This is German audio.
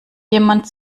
jemand